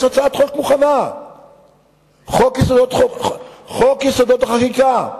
יש הצעת חוק מוכנה, חוק-יסוד: החקיקה.